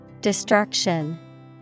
Destruction